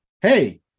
hey